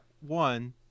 one